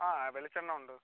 ആ വെളിച്ചെണ്ണ ഉണ്ട്